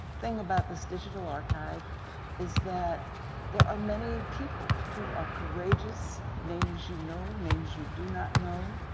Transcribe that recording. thing about this digital archive is that there are many people who are courageous. names you know. names you do not know.